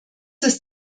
ist